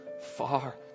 far